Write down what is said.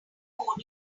code